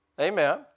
Amen